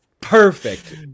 perfect